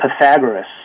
Pythagoras